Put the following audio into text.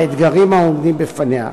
האתגרים העומדים בפניה.